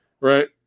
right